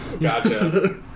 Gotcha